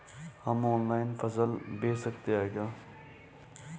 हम ऑनलाइन फसल बेच सकते हैं क्या?